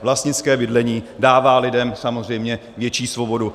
Vlastnické bydlení dává lidem samozřejmě větší svobodu.